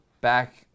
back